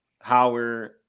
Howard